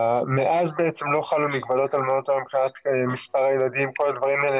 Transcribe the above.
מאז לא חלו מגבלות על מעונות היום מבחינת מספר הילדים וכל הדברים האלה,